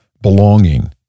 belonging